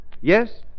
Yes